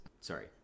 Sorry